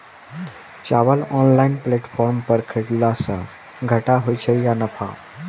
चावल online platform पर खरीदलासे घाटा होइ छै या नफा?